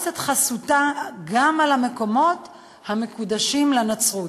את חסותה על כל המקומות המקודשים לנצרות.